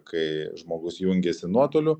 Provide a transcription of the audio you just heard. kai žmogus jungiasi nuotoliu